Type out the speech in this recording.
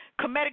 comedic